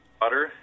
water